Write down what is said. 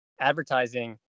advertising